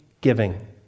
giving